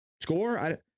score